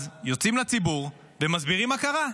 אז יוצאים לציבור ומסבירים מה קרה.